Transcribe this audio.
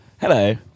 Hello